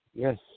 Yes